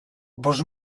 bost